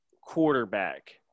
quarterback